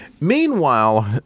Meanwhile